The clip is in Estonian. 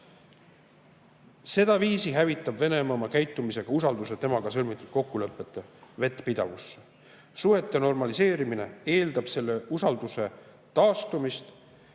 Sedaviisi hävitab Venemaa oma käitumisega usalduse temaga sõlmitud kokkulepete vettpidavuse vastu. Suhete normaliseerimine eeldab selle usalduse taastumist.